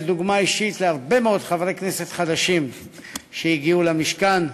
דוגמה אישית להרבה מאוד חברי כנסת חדשים שהגיעו למשכן.